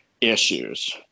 issues